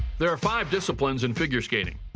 there are five disciplines in figure skating.